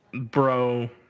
bro